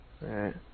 Right